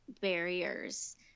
barriers